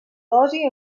dosi